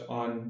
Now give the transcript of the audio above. on